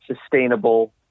sustainable